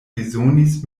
bezonis